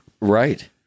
Right